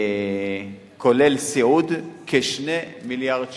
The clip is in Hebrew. כולל סיעוד, כ-2 מיליארד שקל.